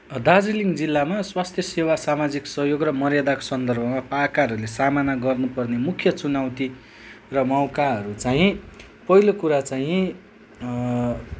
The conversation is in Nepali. दार्जिलिङ जिल्लामा स्वास्थ्य सेवा सामाजिक सहयोग र मर्यादाको सन्दर्भमा पाकाहरूले सामना गर्नुपर्ने मुख्य चुनौती र मौकाहरू चाहिँ पहिलो कुरा चाहिँ